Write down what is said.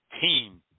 team